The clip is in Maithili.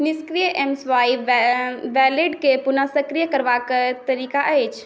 निष्क्रिय एम स्वाइप वैलेट केँ पुनः सक्रीय करबाक की तरीका अछि